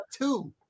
two